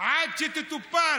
עד שתטופל.